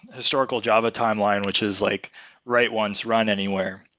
historical java timeline which is like write once, run anywhere.